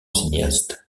cinéaste